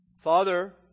Father